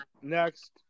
next